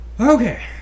okay